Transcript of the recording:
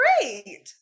great